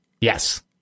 Yes